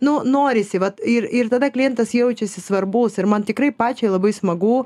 nu norisi vat ir ir tada klientas jaučiasi svarbus ir man tikrai pačiai labai smagu